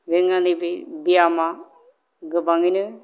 जोङो नैबे ब्यामा गोबाङैनो